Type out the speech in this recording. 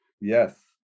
Yes